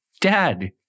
Dad